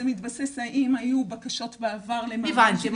זה מתבסס אם היו בקשות בעבר --- אז הבנתי,